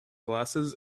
glasses